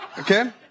Okay